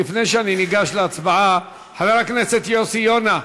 לפני שאני ניגש להצבעה, חבר הכנסת יוסי יונה,